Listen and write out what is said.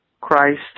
Christ